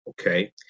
Okay